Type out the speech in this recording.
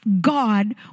God